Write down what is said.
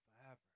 forever